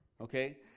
okay